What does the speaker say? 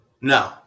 No